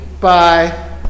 Bye